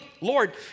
Lord